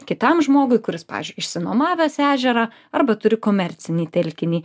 kitam žmogui kuris pavyzdžiui išsinuomavęs ežerą arba turi komercinį telkinį